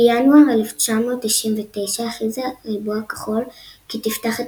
בינואר 1999 הכריזה ריבוע כחול כי תפתח את